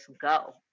go